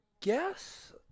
guess